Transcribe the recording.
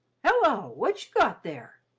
hello! what you got there?